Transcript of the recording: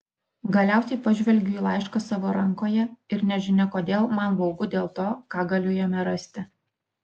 galiausiai pažvelgiu į laišką savo rankoje ir nežinia kodėl man baugu dėl to ką galiu jame rasti